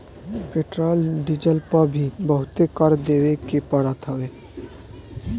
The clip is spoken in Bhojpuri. पेट्रोल डीजल पअ भी बहुते कर देवे के पड़त हवे